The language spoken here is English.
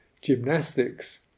gymnastics